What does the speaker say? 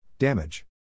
Damage